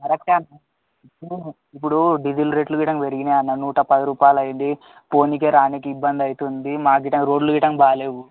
కరెక్టే అన్నా ఇప్పుడు ఇప్పుడు డీజిల్ రేట్లు గిట్ల పెరిగినాయి అన్న నూట పది రూపాయలు అయింది పోవడానికి రావడానికి ఇబ్బంది అవుతుంది మాకు గిట్ల రోడ్ల గిట్ల బాలేవు